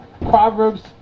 Proverbs